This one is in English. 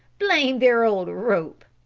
blame their old rope!